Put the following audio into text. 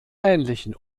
ähnlichen